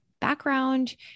background